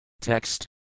Text